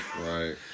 Right